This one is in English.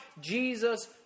Jesus